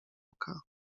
oka